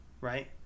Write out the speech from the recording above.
right